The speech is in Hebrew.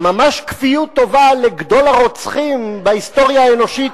ממש כפיות טובה לגדול הרוצחים בהיסטוריה האנושית,